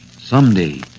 someday